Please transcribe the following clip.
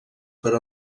per